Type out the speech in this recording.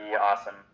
awesome